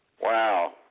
Wow